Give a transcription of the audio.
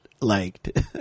liked